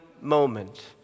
moment